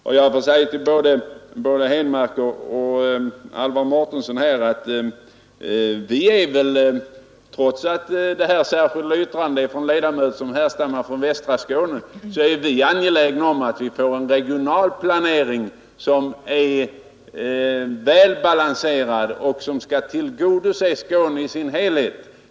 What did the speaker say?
Till både herr Henmark 6 december 1972 och herr Alvar Mårtensson får jag säga att trots att detta särskilda yttrande avgivits av ledamöter som härstammar från västra Skåne är vi angelägna om att få en regional planering som är väl balanserad och som skall tillgodose Skåne i dess helhet.